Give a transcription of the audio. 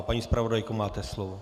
Paní zpravodajko, máte slovo.